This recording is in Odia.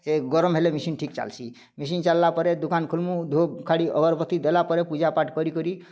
ସେ ଗରମ୍ ହେଲେ ମେସିନ୍ ଠିକ୍ ଚାଲ୍ସି ମେସିନ୍ ଚାଲ୍ଲା ପରେ ଦୁକାନ୍ ଖୁଲ୍ମୁ ଧୁପ୍ଖାଡ଼ି ଅଗର୍ବତୀ ଦେଲାପରେ ପୂଜାପାଠ୍ କରିକରି